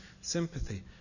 sympathy